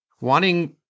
wanting